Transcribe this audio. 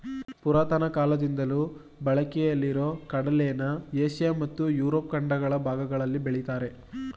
ಪುರಾತನ ಕಾಲದಿಂದಲೂ ಬಳಕೆಯಲ್ಲಿರೊ ಕಡಲೆನ ಏಷ್ಯ ಮತ್ತು ಯುರೋಪ್ ಖಂಡಗಳ ಭಾಗಗಳಲ್ಲಿ ಬೆಳಿತಾರೆ